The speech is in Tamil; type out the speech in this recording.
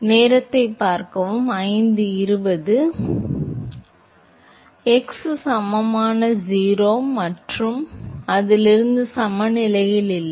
மாணவர் x சமமான 0 மற்றும் x இலிருந்து அது சமநிலையில் இல்லை